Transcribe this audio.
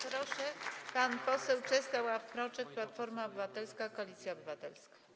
Proszę, pan poseł Czesław Mroczek, Platforma Obywatelska - Koalicja Obywatelska.